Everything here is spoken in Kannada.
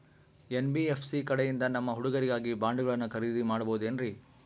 ಎನ್.ಬಿ.ಎಫ್.ಸಿ ಕಡೆಯಿಂದ ನಮ್ಮ ಹುಡುಗರಿಗಾಗಿ ಬಾಂಡುಗಳನ್ನ ಖರೇದಿ ಮಾಡಬಹುದೇನ್ರಿ?